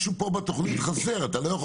משהו פה בתוכנית חסר: אתה לא יכול